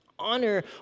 Honor